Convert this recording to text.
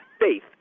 faith